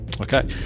Okay